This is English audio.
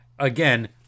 Again